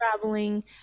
traveling